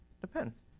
depends